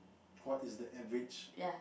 what is the average